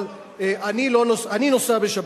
אבל אני נוסע בשבת.